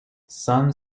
some